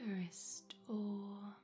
restore